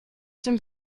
dem